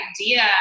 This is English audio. idea